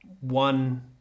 one